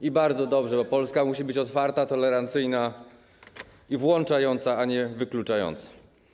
I bardzo dobrze, bo Polska musi być otwarta, tolerancyjna i włączająca, a nie wykluczająca.